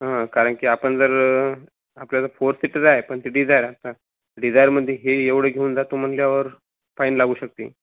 हां कारणकी आपण जर आपल्याला फोर सीटर आहे पण ते डिझायर आता डिझायरमध्ये हे एवढे घेऊन जातो म्हटल्यावर फाईन लागू शकते